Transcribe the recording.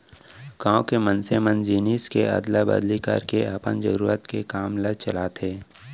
गाँव के मनसे मन जिनिस के अदला बदली करके अपन जरुरत के काम ल चलाथे